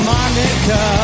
Monica